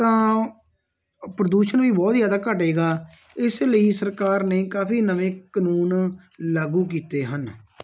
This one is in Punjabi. ਤਾਂ ਪ੍ਰਦੂਸ਼ਣ ਵੀ ਬਹੁਤ ਜ਼ਿਆਦਾ ਘਟੇਗਾ ਇਸ ਲਈ ਸਰਕਾਰ ਨੇ ਕਾਫੀ ਨਵੇਂ ਕਾਨੂੰਨ ਲਾਗੂ ਕੀਤੇ ਹਨ